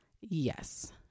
Yes